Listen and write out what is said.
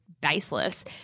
baseless